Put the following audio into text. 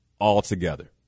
altogether